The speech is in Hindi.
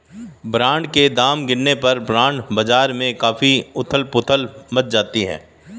बॉन्ड के दाम गिरने पर बॉन्ड बाजार में काफी उथल पुथल मच जाती है